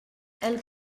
elle